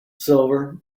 silver